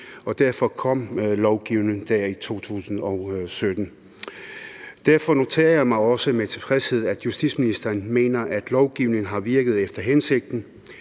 derfor kom lovgivningen i 2017. Derfor noterer jeg mig også med tilfredshed, at justitsministeren mener, at lovgivningen har virket efter hensigten.